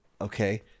Okay